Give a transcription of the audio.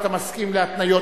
אתה מסכים להתניות,